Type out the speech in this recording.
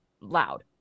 loud